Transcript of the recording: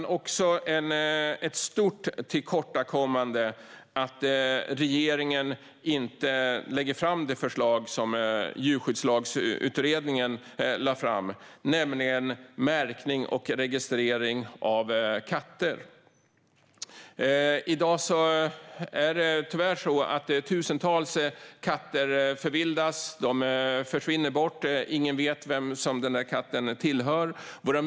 Det är också ett stort tillkortakommande att regeringen inte lägger fram det förslag som Djurskyddslagsutredningen lade fram, nämligen märkning och registrering av katter. I dag förvildas tusentals katter. De försvinner, och ingen vet vem ägaren är.